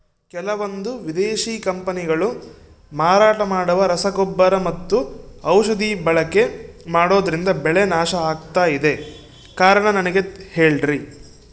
ಕೆಲವಂದು ವಿದೇಶಿ ಕಂಪನಿಗಳು ಮಾರಾಟ ಮಾಡುವ ರಸಗೊಬ್ಬರ ಮತ್ತು ಔಷಧಿ ಬಳಕೆ ಮಾಡೋದ್ರಿಂದ ಬೆಳೆ ನಾಶ ಆಗ್ತಾಇದೆ? ಕಾರಣ ನನಗೆ ಹೇಳ್ರಿ?